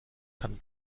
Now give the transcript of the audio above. kann